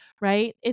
right